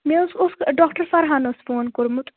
مےٚ حظ اوس ڈاکٹر فرہاناہس فون کوٚرمُت